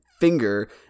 finger